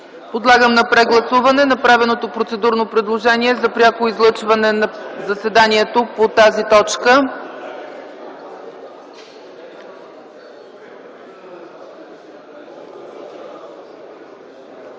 Подлагам на гласуване направеното процедурно предложение за пряко излъчване на дебата по тази точка.